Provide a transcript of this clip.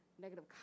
negative